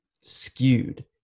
skewed